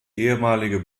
ehemalige